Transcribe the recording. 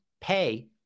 pay